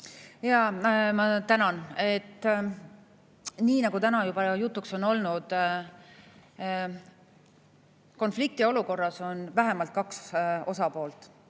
Ma tänan! Nii nagu täna juba jutuks on olnud: konfliktiolukorras on vähemalt kaks osapoolt.